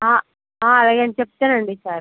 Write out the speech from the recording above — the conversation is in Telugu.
అలాగే అండి చెప్తానండి ఈ సారి